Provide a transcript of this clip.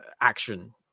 action